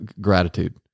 gratitude